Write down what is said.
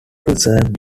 preserved